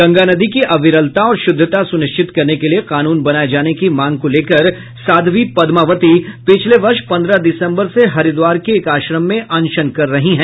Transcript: गंगा नदी की अविरलता और शुद्धता सुनिश्चित करने के लिए कानून बनाये जाने की मांग को लेकर साध्वी पदमावती पिछले वर्ष पंद्रह दिसंबर से हरिद्वार के एक आश्रम में अनशन कर रही हैं